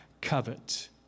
covet